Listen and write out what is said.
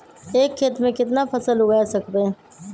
एक खेत मे केतना फसल उगाय सकबै?